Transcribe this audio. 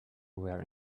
were